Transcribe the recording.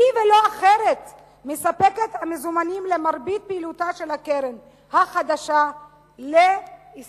היא ולא אחרת מספקת את המזומנים למרבית פעילותה של הקרן החדשה לישראל.